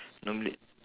normally